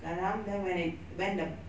garam then when it when the